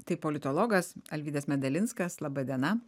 tai politologas alvydas medalinskas laba diena